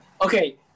Okay